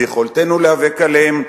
ביכולתנו להיאבק עליהן,